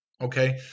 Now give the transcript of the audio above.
okay